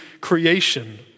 creation